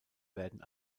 werden